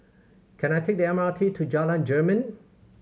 can I take the M R T to Jalan Jermin